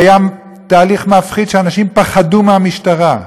זה היה תהליך מפחיד, אנשים פחדו מהמשטרה.